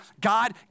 God